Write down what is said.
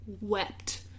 wept